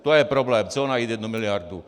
To je problém, co, najít jednu miliardu?